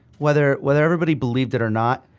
whether whether everybody believed it or not,